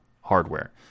hardware